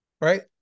right